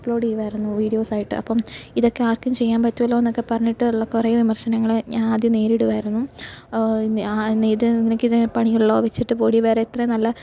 upload ചെയ്യുമായിരുന്നു videos ആയിട്ട് അപ്പോള് ഇതൊക്കെ ആർക്കും ചെയ്യാൻ പറ്റുമല്ലോന്നൊക്കെ പറഞ്ഞിട്ട് ഉള്ള കുറേ വിമർശനങ്ങള് ഞാന് ആദ്യം നേരിടുമായിരുന്നു ഇത് നിനക്കിതെ പണിയുള്ളോ വച്ചിട്ട് പോടീ വേറെ എത്ര നല്ല